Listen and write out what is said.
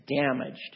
damaged